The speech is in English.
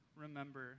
remember